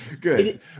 Good